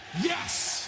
Yes